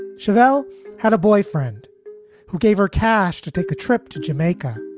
chevelle had a boyfriend who gave her cash to take a trip to jamaica,